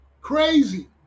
Crazy